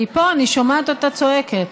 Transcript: היא פה, אני שומעת אותה צועקת.